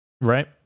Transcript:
Right